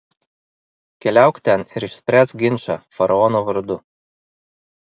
keliauk ten ir išspręsk ginčą faraono vardu